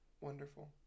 wonderful